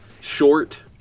short